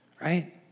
right